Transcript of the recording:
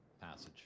passage